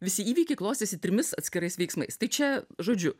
visi įvykiai klostėsi trimis atskirais veiksmais tai čia žodžiu